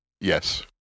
Yes